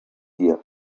here